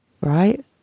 right